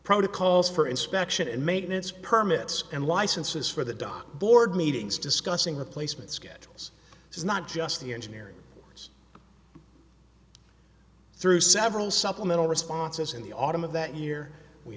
protocols for inspection and maintenance permits and licenses for the dock board meetings discussing replacement schedules is not just the engineering through several supplemental responses in the autumn of that year we